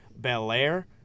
Belair